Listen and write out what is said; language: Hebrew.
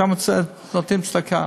שם נותנים צדקה,